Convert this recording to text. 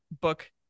book